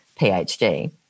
PhD